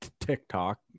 TikTok